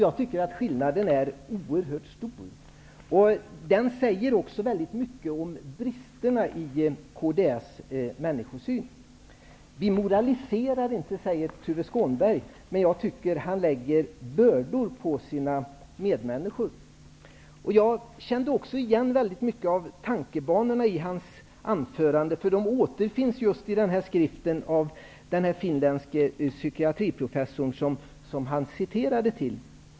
Jag tycker att skillnaden är oerhört stort. Detta säger också väldigt mycket om bristerna i kds människosyn. Vi moraliserar inte, säger Tuve Skånberg. Jag tycker emellertid att han lägger bördor på sina medmänniskor. Jag kände igen väldigt mycket av tankebanorna i hans anförande. De återfinns nämligen i den skrift av den finländske psykiatriprofessor som Tuve Skånberg referade till.